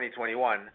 2021